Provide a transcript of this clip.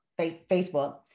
Facebook